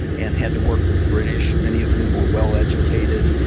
and had to work with the british, many of whom were well-educated.